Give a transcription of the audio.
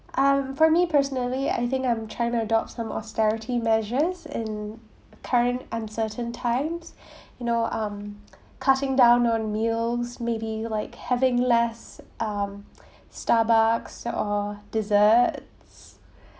um for me personally I think I'm trying to adopt some austerity measures in current uncertain times you know um cutting down on meals maybe like having less um starbucks or desserts